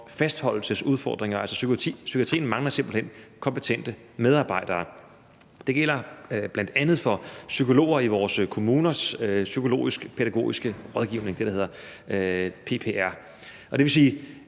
fastholdelsesudfordringer. Psykiatrien mangler simpelt hen kompetente medarbejdere. Det gælder bl.a. for psykologer i vores kommuners psykologisk-pædagogiske rådgivning – det, der hedder PPR. Det vil sige,